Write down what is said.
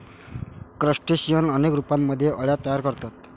crustacean अनेक रूपांमध्ये अळ्या तयार करतात